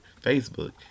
Facebook